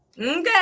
okay